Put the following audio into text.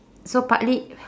so partly